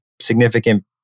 significant